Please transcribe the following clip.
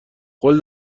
قول